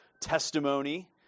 testimony